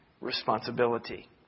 responsibility